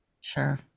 sure